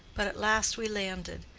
but at last we landed.